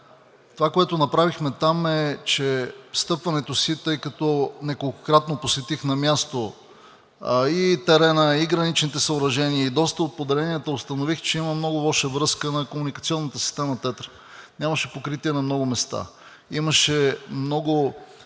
Това, което направихме там, е, че с встъпването си, тъй като неколкократно посетих на място и терена, и граничните съоръжения, и доста от поделенията, установих, че има много лоша връзка на комуникационната система TETRA – нямаше покритие на много места, Системата